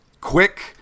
quick